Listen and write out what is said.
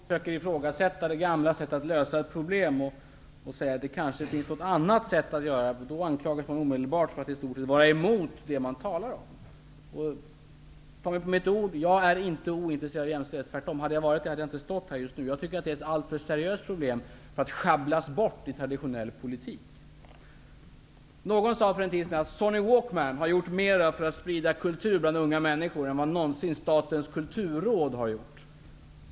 Herr talman! Det är typiskt, om man någon gång försöker ifrågasätta det gamla sättet att lösa ett problem och säger att det kanske finns något annat sätt att göra det på, att man omedelbart anklagas för att i stort sett vara emot det man talar om. Ta mig på mitt ord: Jag är inte ointresserad av jämställdhet -- tvärtom. Om jag inte hade varit det, skulle jag inte ha stått här just nu. Jag tycker att det är ett allför seriöst problem för att schabblas bort i traditionell politik. Någon sade för en tid sedan att ''Sony Walkman'' har gjort mera för att sprida kultur bland unga människor än vad någonsin Statens kulturråd har gjort.